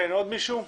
עוד מישהו?